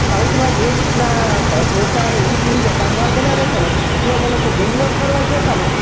સાઉથમાં જે રીતના ઢોંસા ને ઈડલીને સંભાર બનાવે છે ને એ અમે લોકો બેંગલોર ફરવા ગયા હતા ને